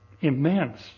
immense